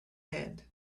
hand